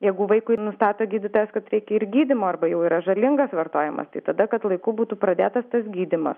jeigu vaikui nustato gydytojas kad reikia ir gydymo arba jau yra žalingas vartojimas tai tada kad laiku būtų pradėtas tas gydymas